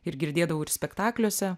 ir girdėdavau ir spektakliuose